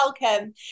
welcome